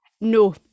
No